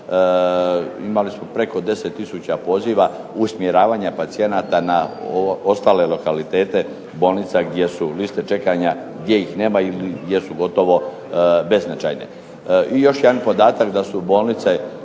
imali smo preko 10 tisuća poziva usmjeravanja pacijenata na ostale lokalitete bolnica gdje su liste čekanja, gdje ih nema ili gdje su gotovo beznačajne. I još jedan podatak, da su bolnice